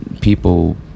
people